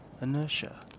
Inertia